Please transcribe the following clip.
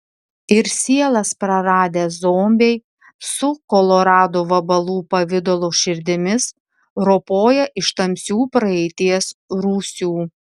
ir sielas praradę zombiai su kolorado vabalų pavidalo širdimis ropoja iš tamsių praeities rūsių